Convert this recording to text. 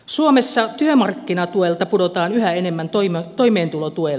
suomessa työmarkkinatuelta pudotaan yhä enemmän toimeentulotuelle